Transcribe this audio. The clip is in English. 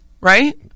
Right